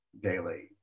daily